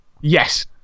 Yes